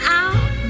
out